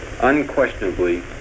Unquestionably